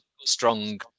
strong